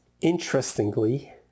Interestingly